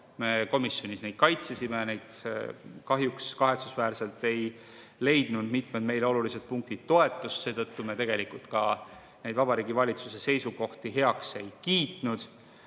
me komisjonis kaitsesime neid. Kahetsusväärselt ei leidnud mitmed meile olulised punktid toetust, seetõttu me tegelikult ka Vabariigi Valitsuse seisukohti heaks ei kiitnud.